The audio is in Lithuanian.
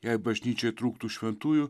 jei bažnyčiai trūktų šventųjų